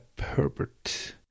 Herbert